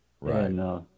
Right